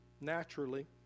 naturally